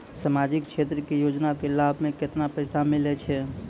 समाजिक क्षेत्र के योजना के लाभ मे केतना पैसा मिलै छै?